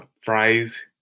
fries